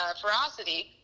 ferocity